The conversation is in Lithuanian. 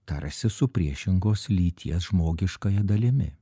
tarsi su priešingos lyties žmogiškąja dalimi